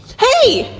hey!